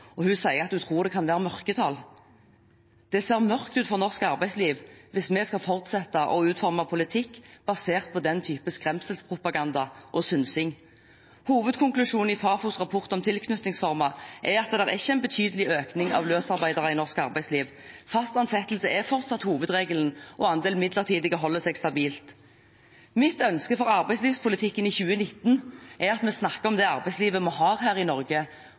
sier hun tror det kan være mørketall. Det ser mørkt ut for norsk arbeidsliv hvis vi skal fortsette å utforme politikk basert på den typen skremselspropaganda og synsing. Hovedkonklusjonen i Fafos rapport om tilknytningsformer er at det er ikke en betydelig økning av løsarbeidere i norsk arbeidsliv. Fast ansettelse er fortsatt hovedregelen, og andelen midlertidige holder seg stabilt. Mitt ønske for arbeidslivspolitikken i 2019 er at vi snakker om det arbeidslivet vi har her i Norge,